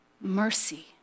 Mercy